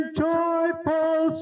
joyful